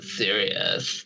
serious